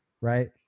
right